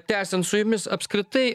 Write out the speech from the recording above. tęsiant su jumis apskritai